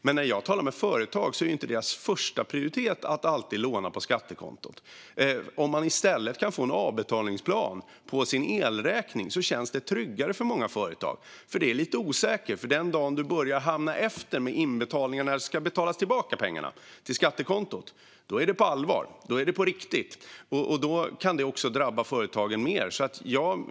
Men när jag talar med företag är inte deras första prioritet att alltid låna på skattekontot. Om man i stället kan få en avbetalningsplan på sin elräkning känns det tryggare för många företag. Det är lite osäkert. Den dagen du börjar hamna efter med inbetalningarna till skattekontot när pengarna ska betalas tillbaka är det allvar. Då är det på riktigt, och det kan drabba företagen mer.